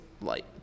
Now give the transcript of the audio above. light